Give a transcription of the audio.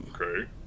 Okay